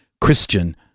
christian